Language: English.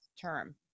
term